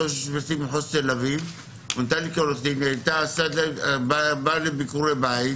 היא באה לביקורי בית,